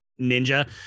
ninja